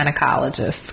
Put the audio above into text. gynecologist